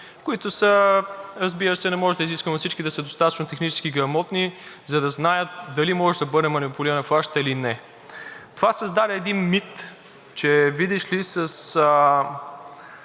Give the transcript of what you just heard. граждани. Разбира се, не може да изискваме от всички да са достатъчно технически грамотни, за да знаят дали може да бъде манипулирана флашката или не. Това създаде един мит, че, видиш ли, с